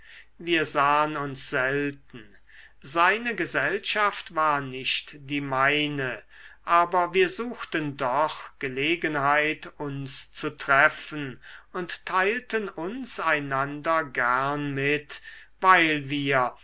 wir sahen uns selten seine gesellschaft war nicht die meine aber wir suchten doch gelegenheit uns zu treffen und teilten uns einander gern mit weil wir